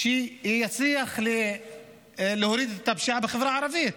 שיצליח להוריד את הפשיעה בחברה הערבית.